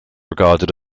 regarded